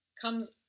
comes